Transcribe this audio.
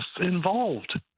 involved